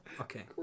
okay